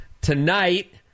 tonight